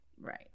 Right